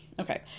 Okay